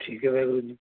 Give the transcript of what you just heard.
ਠੀਕ ਹੈ ਵਾਹਿਗੁਰੂ ਜੀ